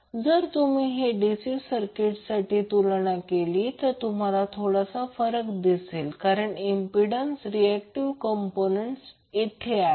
जर तुम्ही हे DC सर्किटसाठी तुलना केले तर तुम्हाला थोडासा फरक दिसेल कारण इम्पिडंसचा रिऐक्टिव कम्पोनेन्ट येथे आहे